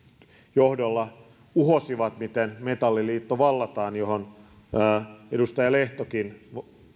johdolla uhosivat miten metalliliitto vallataan mihin edustaja lehtokin